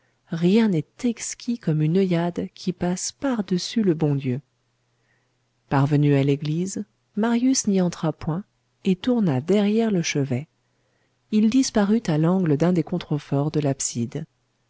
rien n'est exquis comme une oeillade qui passe par-dessus le bon dieu parvenu à l'église marius n'y entra point et tourna derrière le chevet il disparut à l'angle d'un des contreforts de